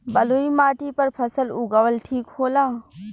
बलुई माटी पर फसल उगावल ठीक होला?